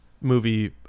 movie